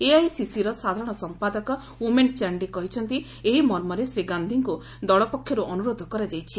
ଏଆଇସିସିର ସାଧାରଣ ସମ୍ପାଦକ ଉମେନ୍ ଚାଣ୍ଡି କହିଛନ୍ତି ଏହି ମର୍ମରେ ଶ୍ରୀ ଗାନ୍ଧିଙ୍କ ଦଳ ପକ୍ଷର୍ ଅନ୍ଦ୍ରରୋଧ କରାଯାଇଛି